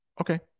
okay